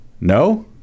no